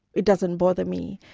it doesn't bother me.